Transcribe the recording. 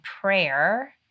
prayer